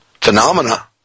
phenomena